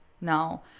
now